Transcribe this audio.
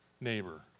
neighbor